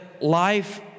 life